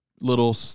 little